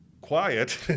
quiet